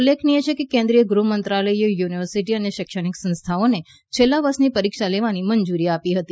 ઉલ્લેખનીય છે કે કેન્દ્રિય ગૃહ મંત્રાલયે યુનિવર્સિટીઓ અને શૈક્ષણિક સંસ્થાઓને છેલ્લા વર્ષની પરીક્ષા લેવાની મંજુરી આપી હતી